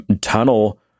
tunnel